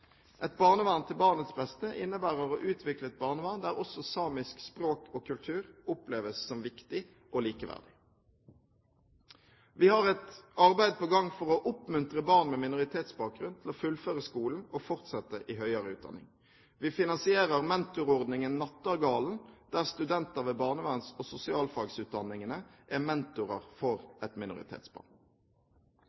Et barnevern til barnets beste innebærer å utvikle et barnevern der også samisk språk og kultur oppleves som viktig og likeverdig. Vi har et arbeid på gang for å oppmuntre barn med minoritetsbakgrunn til å fullføre skolen og fortsette i høyere utdanning. Vi finansierer mentorordningen Nattergalen, der studenter ved barneverns- og sosialfagsutdanningene er mentorer for